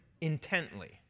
intently